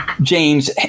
James